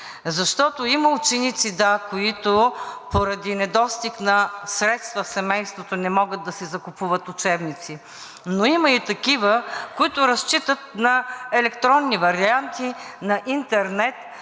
защото има ученици, да, които поради недостиг на средства в семейството, не могат да си закупуват учебници, но има и такива, които разчитат на електронни варианти, на интернет,